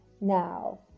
Now